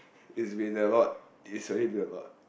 is been a lot is already been a lot